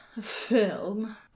film